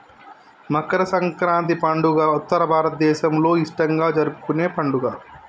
మకర సంక్రాతి పండుగ ఉత్తర భారతదేసంలో ఇష్టంగా జరుపుకునే పండుగ